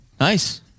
Nice